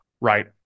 right